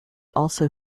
also